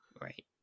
right